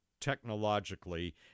technologically